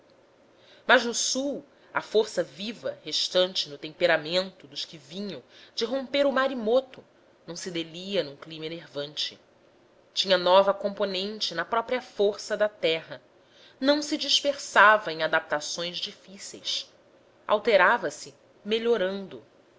mas no sul a força viva restante no temperamento dos que vinham de romper o mar imoto não se delia num clima enervante tinha nova componente na própria força da terra não se dispersava em adaptações difíceis alterava se melhorando